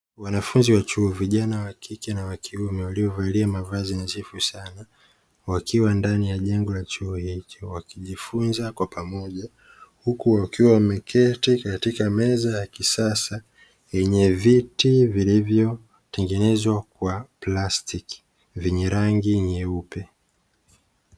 Wanafunzi wa chuo vijana wa kike na wa kiume waliovalia mavazi nadhifu sana wakiwa ndani ya jengo la chuo hicho wakijifunza pamoja, huku wakiwa wameketi katika meza ya kisasa yenye viti vilivyotengemezwa kwa plastiki vyenye rangi nyeupe.